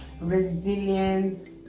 resilience